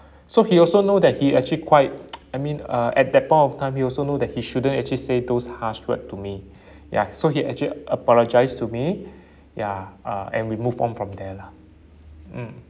so he also know that he actually quite I mean uh at that point of time he also know that he shouldn't actually say those harsh word to me ya so he actually apologised to me ya uh and we move on from there lah mm